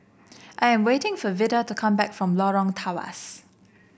I am waiting for Vida to come back from Lorong Tawas